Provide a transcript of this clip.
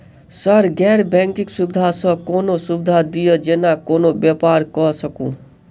Sir गैर banking सुविधा सँ कोनों सुविधा दिए जेना कोनो व्यापार करऽ सकु?